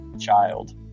child